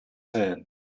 hand